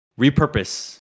repurpose